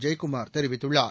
ஜெயக்குமார் தெரிவித்துள்ளார்